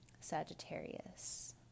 Sagittarius